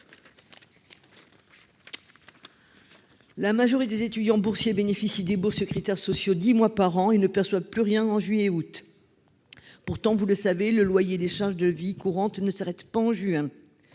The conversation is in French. La majorité des étudiants boursiers bénéficient des bourses sur critères sociaux dix mois par an et ne perçoivent plus rien en juillet et en août. Pourtant, vous le savez, le loyer et les charges de la vie courante ne s'arrêtent pas en juin.